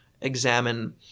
examine